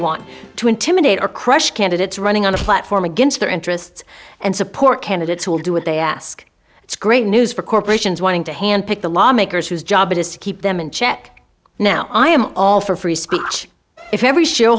want to intimidate or crush candidates running on a platform against their interests and support candidates who will do what they ask it's great news for corporations wanting to hand pick the lawmakers whose job it is to keep them in check now i am all for free speech if every